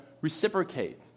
reciprocate